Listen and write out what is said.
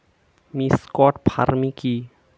Mixed farming কি?